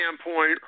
standpoint